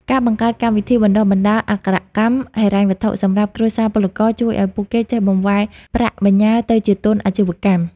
ការបង្កើតកម្មវិធី "បណ្ដុះបណ្ដាលអក្ខរកម្មហិរញ្ញវត្ថុ" សម្រាប់គ្រួសារពលករ ជួយឱ្យពួកគេចេះបង្វែរប្រាក់បញ្ញើទៅជាទុនអាជីវកម្ម។